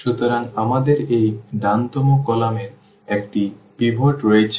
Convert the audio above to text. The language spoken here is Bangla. সুতরাং আমাদের এই ডান তম কলাম এর একটি পিভট রয়েছে